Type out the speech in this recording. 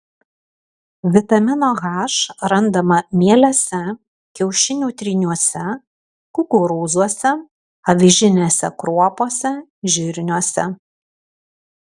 vitamino h randama mielėse kiaušinių tryniuose kukurūzuose avižinėse kruopose žirniuose